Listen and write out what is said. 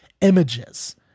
images